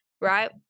right